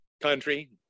Country